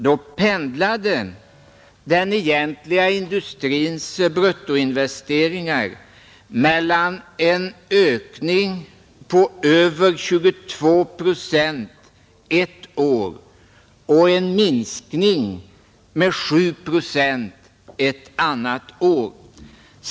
Då pendlade den egentliga industrins bruttoinvesteringar mellan en ökning på över 22 procent ett år och en minskning med 7 procent ett annat år.